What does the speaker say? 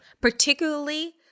particularly